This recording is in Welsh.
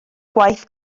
gwaith